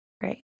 Great